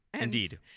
Indeed